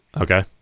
Okay